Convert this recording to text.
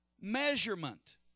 Measurement